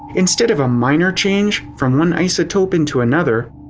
instead of a minor change, from one isotope into another,